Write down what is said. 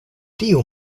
tiu